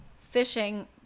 fishing